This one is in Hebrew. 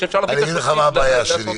שאפשר --- אני אגיד לך מה הבעיה שלי.